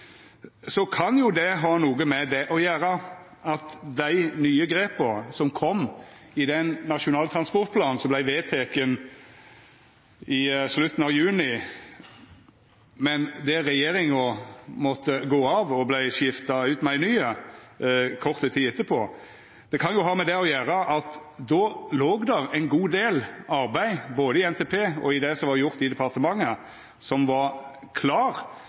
så kan jo det ha noko å gjera med det at med dei nye grepa som kom i den nasjonale transportplanen som vart vedteken i slutten av juni – men der regjeringa måtte gå av og vart skifta ut med ei ny kort tid etterpå – så låg det ein god del arbeid, både i NTP og i det som var gjort i departementet, som var